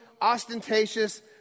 ostentatious